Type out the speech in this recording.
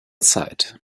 zeit